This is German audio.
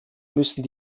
müssen